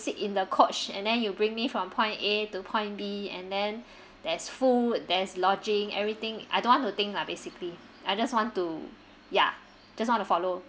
sit in the coach and then you bring me from point A to point B and then there's food there's lodging everything I don't want to think lah basically I just want to ya just want to follow